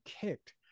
kicked